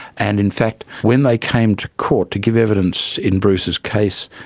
and in fact when they came to court to give evidence in bruce's case,